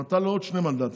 נתן לו עוד שני מנדטים,